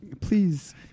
Please